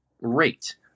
rate